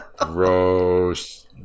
Gross